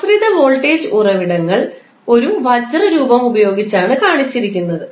ആശ്രിത വോൾട്ടേജ് ഉറവിടങ്ങൾ ഒരു വജ്ര രൂപം ഉപയോഗിച്ചാണ് കാണിച്ചിരിക്കുന്നത്